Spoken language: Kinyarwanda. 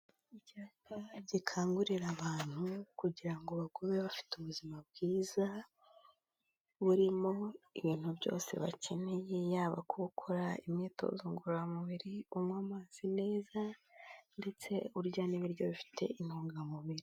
Icyapa gikangurira abantu kugira ngo bagume bafite ubuzima bwiza burimo ibintu byose bakeneye, yaba kuba ukora imyitozo ngororamubiri, unywa amazi meza, ndetse urya n'ibiryo bifite intungamubiri.